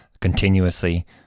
continuously